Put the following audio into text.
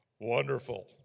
Wonderful